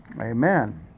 Amen